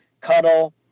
cuddle